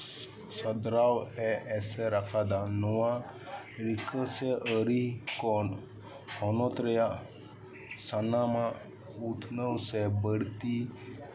ᱪᱷᱟᱫᱽᱨᱟᱣ ᱮ ᱮᱥᱮᱨ ᱟᱠᱟᱫᱟ ᱱᱚᱣᱟ ᱨᱤᱠᱟᱹ ᱥᱮ ᱟᱹᱨᱤ ᱠᱚ ᱦᱚᱱᱚᱛ ᱨᱮᱭᱟᱜ ᱥᱟᱱᱟᱢᱟᱜ ᱩᱛᱱᱟᱹᱣ ᱥᱮ ᱵᱟᱹᱲᱛᱤ